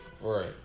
Right